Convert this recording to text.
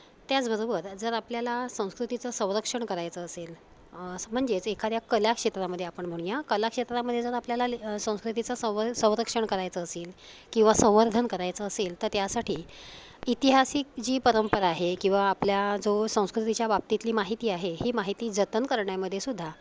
त्याचबरोबर जर आपल्याला संस्कृतीचं संरक्षण करायचं असेल स म्हणजेच एखाद्या कला क्षेत्रामध्ये आपण म्हणूया कला क्षेत्रामध्ये जर आपल्याला ले संस्कृतीचं संवर संरक्षण करायचं असेल किंवा संवर्धन करायचं असेल तर त्यासाठी ऐतिहासिक जी परंपरा आहे किंवा आपल्या जो संस्कृतीच्या बाबतीतली माहिती आहे ही माहिती जतन करण्यामध्ये सुद्धा